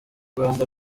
rwanda